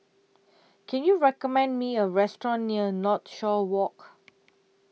Can YOU recommend Me A Restaurant near Northshore Walk